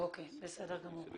אוקיי, בסדר גמור.